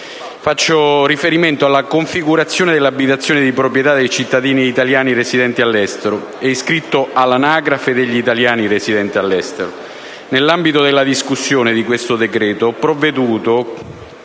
Faccio riferimento alla configurazione dell'abitazione di proprietà dei cittadini italiani residenti all'estero e iscritti all'Anagrafe degli italiani residenti all'estero. Nell'ambito della discussione di questo decreto ho provveduto